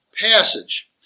passage